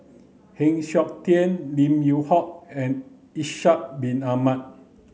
Heng Siok Tian Lim Yew Hock and Ishak bin Ahmad